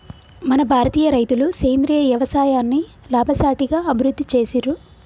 మన భారతీయ రైతులు సేంద్రీయ యవసాయాన్ని లాభసాటిగా అభివృద్ధి చేసిర్రు